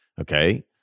Okay